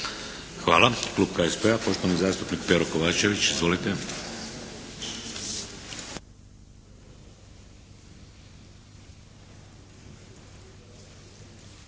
Hvala. Klub HSP-a poštovani zastupnik Pero Kovačević. Izvolite.